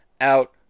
out